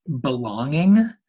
belonging